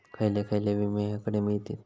खयले खयले विमे हकडे मिळतीत?